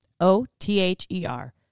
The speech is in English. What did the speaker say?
O-T-H-E-R